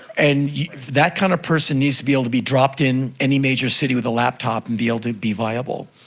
and that kind of person needs to be able to be dropped in any major city with a laptop and be able to be viable.